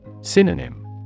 Synonym